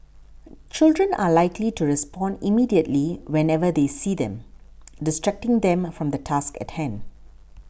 children are likely to respond immediately whenever they see them distracting them from the task at hand